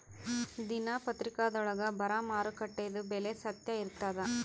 ದಿನಾ ದಿನಪತ್ರಿಕಾದೊಳಾಗ ಬರಾ ಮಾರುಕಟ್ಟೆದು ಬೆಲೆ ಸತ್ಯ ಇರ್ತಾದಾ?